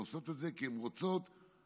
הן עושות את זה כי הן רוצות להצליח,